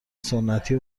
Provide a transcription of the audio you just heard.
سنتی